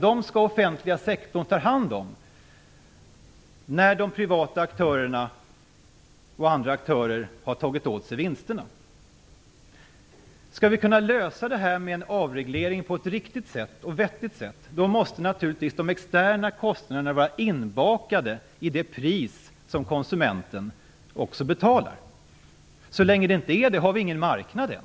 Dem skall den offentliga sektorn ta hand om när de privata aktörerna och andra aktörer har tagit åt sig vinsterna. Skall vi kunna lösa detta med en avreglering på ett riktigt sätt måste naturligtvis de externa kostnaderna vara inbakade i det pris som konsumenten betalar. Så länge det inte är så har vi inte ens någon marknad.